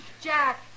Jack